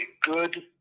good